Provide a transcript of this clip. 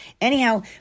Anyhow